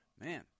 man